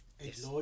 Yes